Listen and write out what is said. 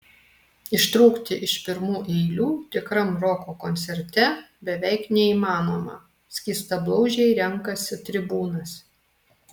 ištrūkti iš pirmų eilių tikram roko koncerte beveik neįmanoma skystablauzdžiai renkasi tribūnas